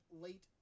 late